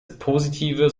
positive